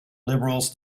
liberals